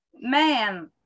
man